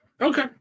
Okay